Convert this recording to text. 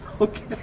Okay